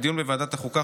לדיון בוועדת החוקה,